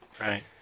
Right